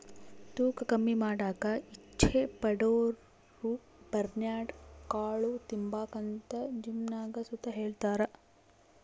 ತೂಕ ಕಮ್ಮಿ ಮಾಡಾಕ ಇಚ್ಚೆ ಪಡೋರುಬರ್ನ್ಯಾಡ್ ಕಾಳು ತಿಂಬಾಕಂತ ಜಿಮ್ನಾಗ್ ಸುತ ಹೆಳ್ತಾರ